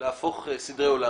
להפוך סדרי עולם.